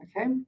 Okay